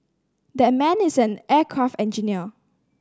that man is an aircraft engineer